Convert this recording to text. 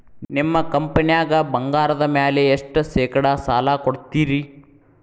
ನಿಮ್ಮ ಕಂಪನ್ಯಾಗ ಬಂಗಾರದ ಮ್ಯಾಲೆ ಎಷ್ಟ ಶೇಕಡಾ ಸಾಲ ಕೊಡ್ತಿರಿ?